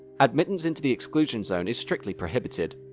admittance into the exclusion zone is strictly prohibited,